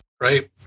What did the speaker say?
Right